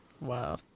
wow